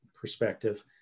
perspective